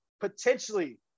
potentially